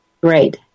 Great